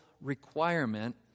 requirement